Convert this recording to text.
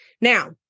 Now